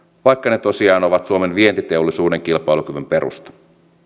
vaikka ne tosiaan ovat suomen vientiteollisuuden kilpailukyvyn perusta